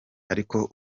ariko